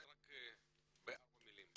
באמת רק ארבע מילים.